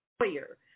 lawyer